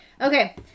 Okay